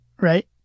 right